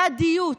הדדיות,